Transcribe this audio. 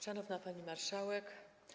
Szanowna Pani Marszałek!